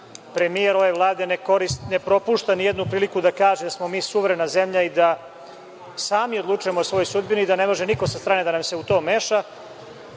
premijer ove Vlade ne propušta ni jednu priliku da kaže da smo mi suverena zemlja i da sami odlučujemo o svojoj sudbini i da ne može niko sa strane da nam se u to meša,